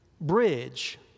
Bridge